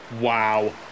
wow